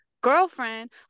girlfriend